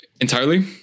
entirely